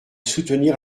soutenir